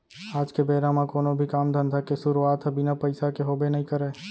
आज के बेरा म कोनो भी काम धंधा के सुरूवात ह बिना पइसा के होबे नइ करय